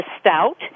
Stout